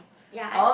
ya